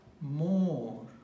more